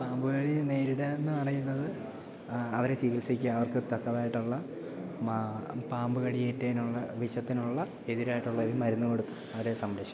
പാമ്പു കടി നേരിടുക എന്ന് പറയുന്നത് അവരെ ചികിത്സിക്കുക അവർക്ക് തക്കതായിട്ടുള്ള മ പാമ്പ് കടിയേറ്റതിനുള്ള വിഷത്തിനുള്ള എതിരായിട്ടുള്ള ഒരു മരുന്ന് കൊടുത്ത് അവരെ സംരക്ഷിക്കുക